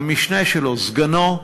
היה המשנה שלו, סגנו.